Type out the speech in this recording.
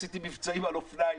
עשיתי מבצעים על אופניים,